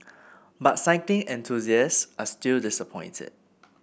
but cycling enthusiasts are still disappointed